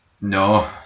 no